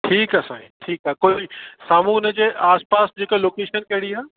ठीकु आहे साईं ठीकु आहे कोई साम्हूं उन जे आस पास जेका लोकेशन कहिड़ी आहे